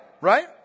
Right